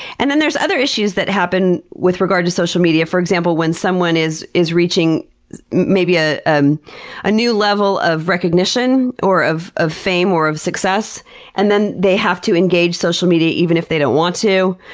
and then there's other issues that happen with regards to social media. for example, when someone is is reaching maybe a um ah new level of recognition or of of fame or of success and then they have to engage social media even if they don't want to.